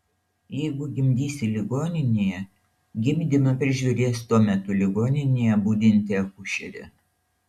jeigu gimdysi ligoninėje gimdymą prižiūrės tuo metu ligoninėje budinti akušerė